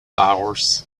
hours